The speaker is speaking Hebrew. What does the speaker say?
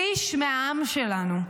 שליש מהעם שלנו.